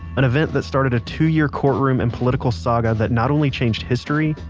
an event that started a two-year courtroom and political saga that not only changed history,